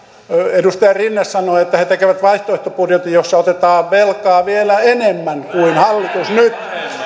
edustaja rinne sanoi että he tekevät vaihtoehtobudjetin jossa otetaan velkaa vielä enemmän kuin hallitus nyt